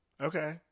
Okay